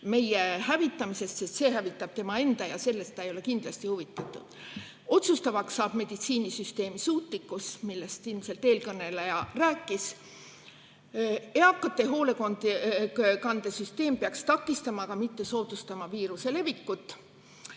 meie hävitamisest, sest see hävitab ka tema enda ja sellest ta ei ole kindlasti huvitatud. Otsustavaks saab meditsiinisüsteemi suutlikkus, millest eelkõneleja rääkis. Eakate hoolekande süsteem peaks takistama, aga mitte soodustama viiruse levikut. Teeme